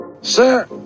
Sir